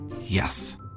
Yes